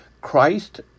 Christ